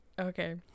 okay